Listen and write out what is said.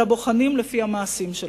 אלא בוחנים לפי המעשים שלך.